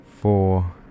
four